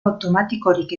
automatikorik